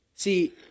See